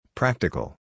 practical